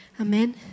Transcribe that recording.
Amen